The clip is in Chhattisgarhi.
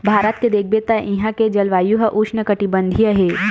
भारत के देखबे त इहां के जलवायु ह उस्नकटिबंधीय हे